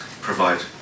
provide